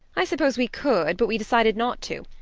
i suppose we could, but we decided not to.